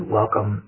welcome